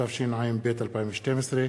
התשע"ב 2012,